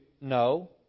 no